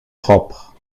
propre